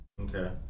Okay